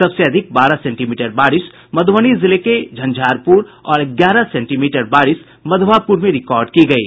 सबसे अधिक बारह सेंटमीटर बारिश मधुबनी जिले के झंझारपुर और ग्यारह सेंटीमीटर बारिश मधवापुर में रिकॉर्ड की गयी